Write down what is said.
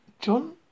John